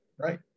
right